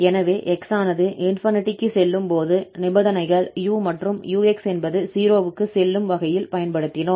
எனவே x ஆனது ∞ க்கு செல்லும்போது நிபந்தனைகள் 𝑢 மற்றும் 𝑢𝑥 என்பது 0 க்குச் செல்லும் வகையில் பயன்படுத்தினோம்